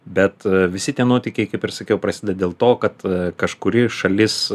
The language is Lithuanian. bet visi tie nuotykiai kaip ir sakiau prasideda dėl to kad kažkuri šalis